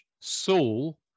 Saul